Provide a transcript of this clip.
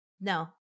No